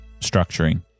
structuring